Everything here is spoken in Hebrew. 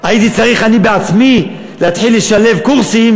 הייתי צריך אני בעצמי להתחיל לשלב קורסים